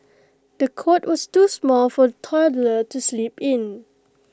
the cot was too small for the toddler to sleep in